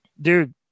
dude